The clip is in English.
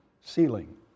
Ceiling